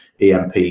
emp